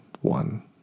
one